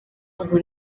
ubu